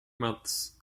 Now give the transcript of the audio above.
months